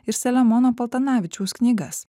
ir selemono paltanavičiaus knygas